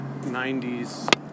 90s